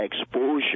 exposure